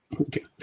Okay